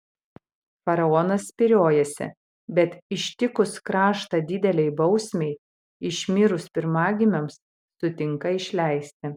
faraonas spyriojasi bet ištikus kraštą didelei bausmei išmirus pirmagimiams sutinka išleisti